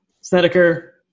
Snedeker